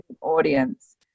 audience